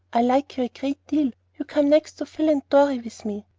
i like you a great deal. you come next to phil and dorry with me.